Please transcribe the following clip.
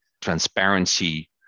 transparency